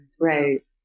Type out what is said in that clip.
Right